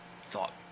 Thought